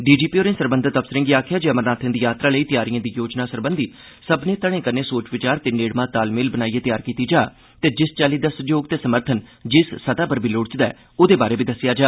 D G P होरें सरकारी अफसरें गी आक्खेआ जे अमरनाथें दी यात्रा लेई तैयारिए दी योजना सरबंधत सब्बनें घड़ें कन्नै सोचविचार ते नेड़मा तालमेल बनाइयै तैयार कीती जा ते जिस चाल्ली दा सहयोग ते समर्थन जिस सतह पर बी लोड़चदा ऐ औहदे बारै बी दस्सेआ जा